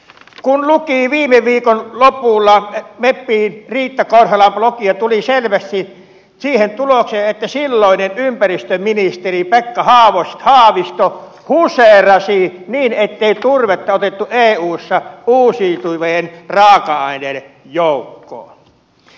kun luki viime viikon lopulla meppi eija riitta korholan blogia tuli selvästi siihen tulokseen että silloinen ympäristöministeri pekka haavisto huseerasi niin ettei turvetta otettu eussa uusiutuvien raaka aineiden joukkoon